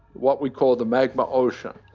what we call the magma ocean.